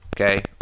Okay